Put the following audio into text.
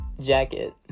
jacket